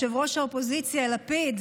ראש האופוזיציה לפיד,